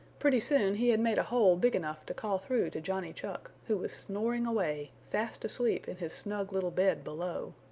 pretty soon he had made a hole big enough to call through to johnny chuck, who was snoring away, fast asleep in his snug little bed below.